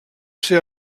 ser